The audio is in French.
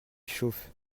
chauffe